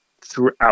throughout